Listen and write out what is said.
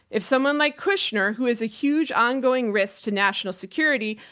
if someone like kushner who is a huge ongoing risk to national security,